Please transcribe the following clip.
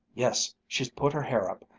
yes, she's put her hair up!